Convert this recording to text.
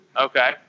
Okay